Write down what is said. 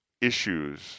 issues